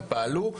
ופעלו.